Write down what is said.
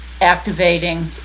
activating